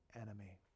enemy